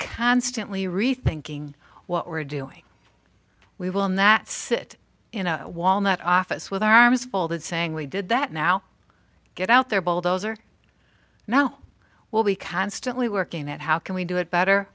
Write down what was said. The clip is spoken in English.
constantly rethinking what we're doing we will not sit in a walnut office with our arms folded saying we did that now get out there bulldozer now we'll be constantly working out how can we do it better